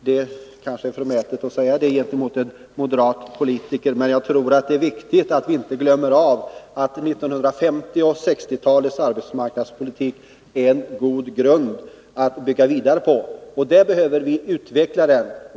Det är kanske förmätet att säga det till en moderat politiker, men jag tror att det är viktigt att vi inte glömmer bort att 1950 och 1960-talens arbetsmarknadspolitik är en god grund att bygga vidare på. Vi behöver utveckla den ytterligare.